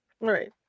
Right